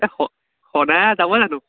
এ স সদায়ে যাব জানো